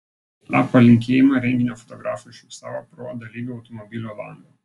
tą palinkėjimą renginio fotografai užfiksavo pro dalyvių automobilio langą